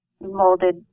molded